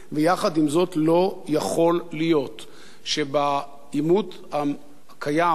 ויחד עם זאת לא יכול להיות שבעימות הקיים,